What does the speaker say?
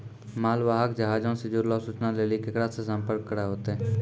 मालवाहक जहाजो से जुड़लो सूचना लेली केकरा से संपर्क करै होतै?